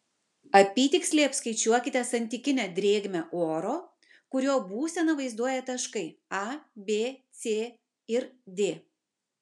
apytiksliai apskaičiuokite santykinę drėgmę oro kurio būseną vaizduoja taškai a b c ir d